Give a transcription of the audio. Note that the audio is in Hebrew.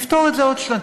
נפתור את זה בעוד שנתיים.